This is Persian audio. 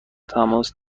تماس